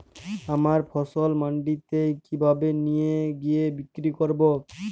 আমার ফসল মান্ডিতে কিভাবে নিয়ে গিয়ে বিক্রি করব?